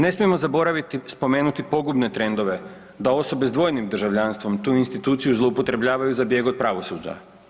Ne smijemo zaboraviti spomenuti pogubne trendove, da osobe s dvojnim državljanstvom tu instituciju zloupotrebljavaju za bijeg od pravosuđa.